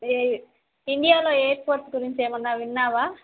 ఈ ఇండియాలో ఎయిర్పోర్ట్ గురించి ఏమన్నా విన్నావా